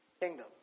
Kingdom